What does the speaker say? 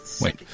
Wait